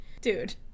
dude